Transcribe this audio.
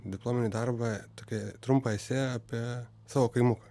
diplominį darbą tokia trumpa esė apie savo kaimuką